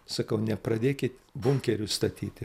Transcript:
sakau nepradėkit bunkerius statyti